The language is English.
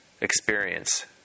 experience